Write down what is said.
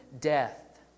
death